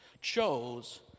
chose